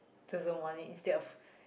doesn't want it instead of